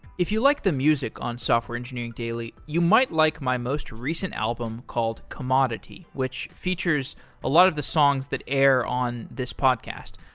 if you like the music on software engineering daily, you might like most recent album called commodity, which features a lot of the songs that air on this podcast.